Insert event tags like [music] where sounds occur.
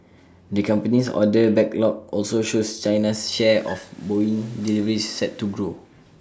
the company's order backlog also shows China's share [noise] of boeing deliveries set to grow